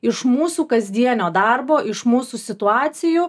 iš mūsų kasdienio darbo iš mūsų situacijų